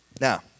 Now